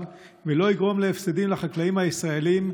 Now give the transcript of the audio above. ולא יגרום להפסדים לחקלאים הישראלים,